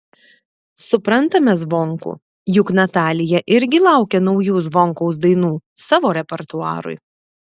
suprantame zvonkų juk natalija irgi laukia naujų zvonkaus dainų savo repertuarui